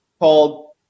called